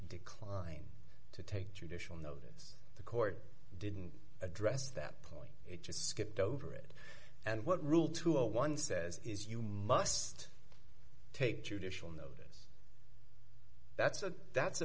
decline to take judicial notice the court didn't address that point it just skipped over it and what rule two hundred and one says is you must take judicial notice that's a that's a